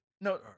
no